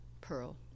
Pearl